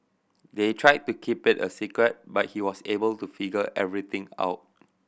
they tried to keep it a secret but he was able to figure everything out